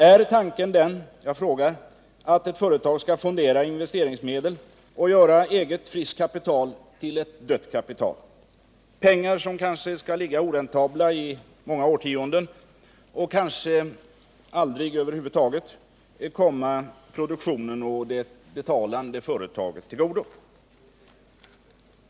Är tanken den — jag frågar — att ett företag skall fondera investeringsmedel och göra eget friskt kapital till ett dött kapital, pengar som kanske skall ligga oräntabla i många årtionden och kanske aldrig över huvud taget komma produktionen och det betalande företaget till godo?